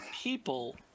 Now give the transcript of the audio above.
people